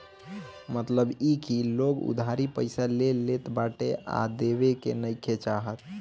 मतलब इ की लोग उधारी पईसा ले लेत बाटे आ देवे के नइखे चाहत